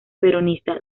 peronista